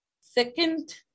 Second